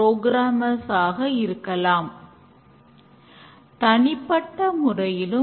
ஸ்பிரின்டின் இடைக்காலத்தில் எந்தவொரு மாற்றமும் செய்ய முடியாது புதிய நபர்கள் ஸ்பரின்ட் முடிந்த பின் சேரலாம்